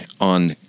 On